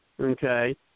okay